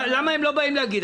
למה הם לא באים להגיד?